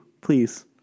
Please